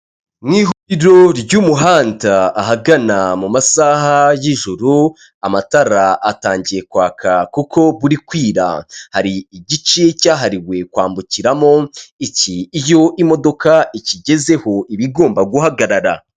Mu ihuriro ry'umuhanda ahagana mu masaha y'ijuru amatara atangiye kwaka kuko buri kwira, hari igice cyahariwe kwambukiramo iki iyo imodoka ikigezeho iba igomba guhagarara.